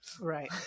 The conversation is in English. right